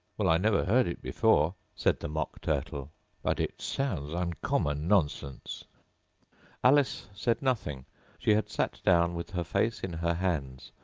well, i never heard it before said the mock turtle but it sounds uncommon nonsense alice said nothing she had sat down with her face in her hands,